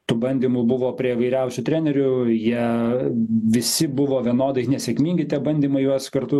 tų bandymų buvo prie įvairiausių trenerių jie visi buvo vienodai nesėkmingi tie bandymai juos kartu